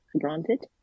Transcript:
granted